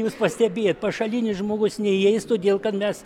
jūs pastebėjot pašalinis žmogus neįeis todėl kad mes